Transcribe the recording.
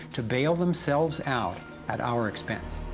to bail themself out at our expence